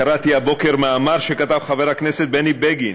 קראתי הבוקר מאמר שכתב חבר הכנסת בני בגין,